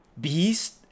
beast